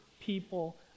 people